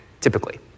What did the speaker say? typically